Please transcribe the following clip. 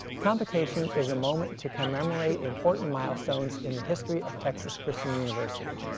convocation is a moment to commemorate important milestones in the history of texas christian university.